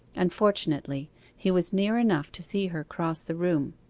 unfortunately he was near enough to see her cross the room.